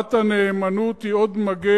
הצהרת הנאמנות היא עוד מגן,